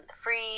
free